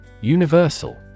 Universal